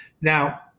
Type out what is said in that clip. Now